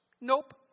Nope